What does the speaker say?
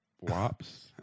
Wops